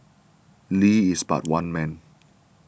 Lee is but one man